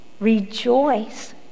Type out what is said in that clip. Rejoice